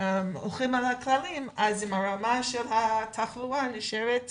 ומקפידים על הכללים, אם רמת התחלואה נשארת